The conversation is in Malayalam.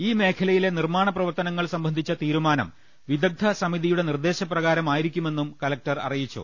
ഈ മേഖലയിലെ നിർമ്മാണ പ്രവർത്തനങ്ങൾ സംബന്ധിച്ച തീരുമാനം വിദഗ്ധ സമിതിയുടെ നിർദ്ദേശപ്രകാർമായിരിക്കുമെന്നും കലക്ടർ അറിയിച്ചു